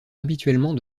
habituellement